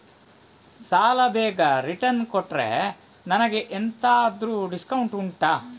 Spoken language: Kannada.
ಸಾಲ ಬೇಗ ರಿಟರ್ನ್ ಕೊಟ್ರೆ ನನಗೆ ಎಂತಾದ್ರೂ ಡಿಸ್ಕೌಂಟ್ ಉಂಟಾ